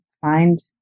find